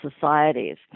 societies